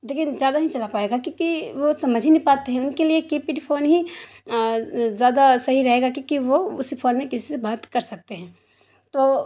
لیکن زیادہ نہیں چلا پائے گا کیونکہ وہ سمجھ ہی نہیں پاتے ہیں ان کے لیے کیپیڈ فون ہی زیادہ صحیح رہے گا کیونکہ وہ اسی فون میں کسی سے بات کر سکتے ہیں تو